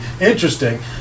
interesting